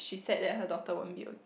she sad that her daughter won't be